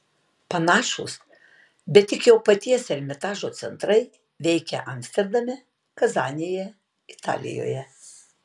panašūs bet tik jau paties ermitažo centrai veikia amsterdame kazanėje italijoje